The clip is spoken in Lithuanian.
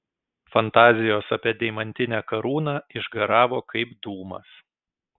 fantazijos apie deimantinę karūną išgaravo kaip dūmas